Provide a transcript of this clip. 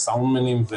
סאונדמנים.